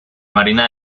marina